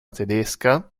tedesca